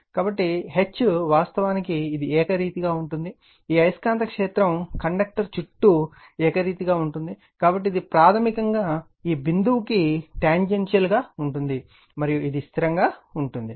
కాబట్టి H వాస్తవానికి ఇది ఏకరీతిగా ఉంటుంది ఈ అయస్కాంత క్షేత్రం కండక్టర్ చుట్టూ ఏకరీతిగా ఉంటుంది కాబట్టి ఇది ప్రాథమికంగా ఈ బిందువుకు టాంజెన్షియల్ గా ఉంటుంది మరియు ఇది స్థిరంగా ఉంటుంది